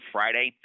Friday